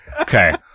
okay